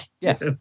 Yes